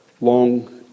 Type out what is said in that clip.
long